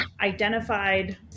identified